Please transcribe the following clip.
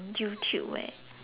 YouTube leh